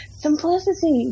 Simplicity